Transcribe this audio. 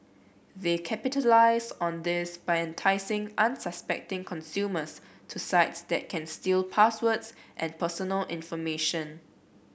they capitalise on this by enticing unsuspecting consumers to sites that can steal passwords and personal information